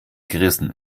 gerissen